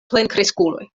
plenkreskuloj